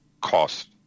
cost